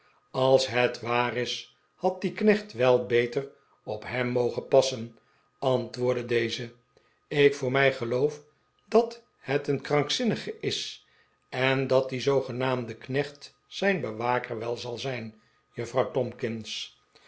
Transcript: ais het waar is had die knecht wel beter op hem mogen passen antwoordde deze ik voor mij geloof dat het een krankzinnige is en dat die zoogenaamde knecht zijn bewaker wel zal zijn